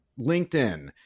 LinkedIn